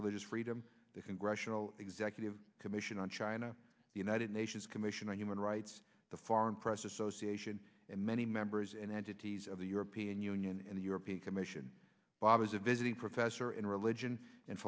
religious freedom the congressional executive commission on china the united nations commission on human rights the foreign press association and many members and entities of the european union and the european commission bob is a visiting professor at religion and